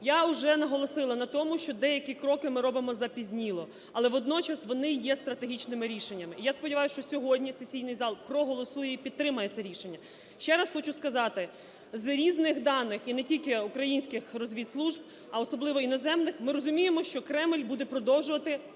Я вже наголосила на тому, що деякі кроки ми робимо запізніло, але водночас вони є стратегічними рішеннями. І я сподіваюсь, що сьогодні сесійний зал проголосує і підтримає це рішення. Ще раз хочу сказати, з різних даних, і не тільки українських розвідслужб, а особливо іноземних, ми розуміємо, що Кремль буде продовжувати здійснювати